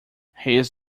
his